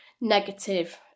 negative